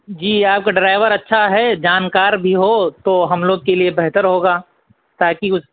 جی آپ کا ڈرائیور اچھا ہے جان کار بھی ہو تو ہم لوگ کے لیے بہتر ہوگا تاکہ وہ